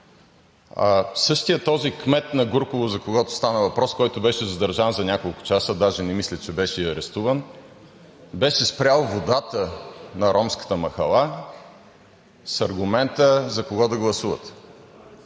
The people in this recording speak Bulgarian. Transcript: Същият този кмет на Гурково, за когото стана въпрос, който беше задържан за няколко часа, даже не мисля, че беше и арестуван, беше спрял водата на ромската махала с аргумента – за кого да гласуват.